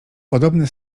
podobne